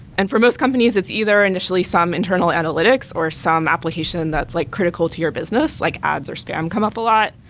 and for most companies it's either initially some internal analytics or some application that's like critical to your business, like ads or spam come up a lot.